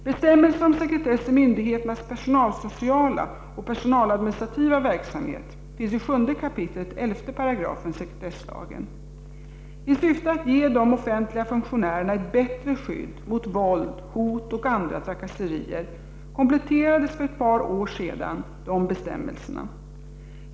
Bestämmelser om sekretess i myndigheternas personalsociala och personaladministrativa verksamhet finns i 7 kap. 11§ sekretesslagen. I syfte att ge de offentliga funktionärerna ett bättre skydd mot våld, hot och andra trakasserier kompletterades för ett par år sedan de bestämmelserna.